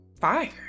fire